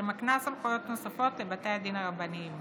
שמקנה סמכויות נוספות לבתי הדין הרבניים